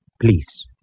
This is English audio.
Please